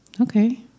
Okay